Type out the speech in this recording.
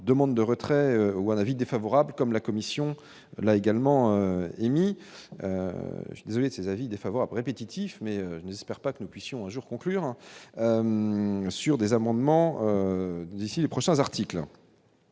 demande de retrait ou un avis défavorable, comme la commission l'a également émis vous avez ces avis défavorable répétitif mais n'espère pas que nous puissions un jour conclure sur des amendements d'ici les prochains articles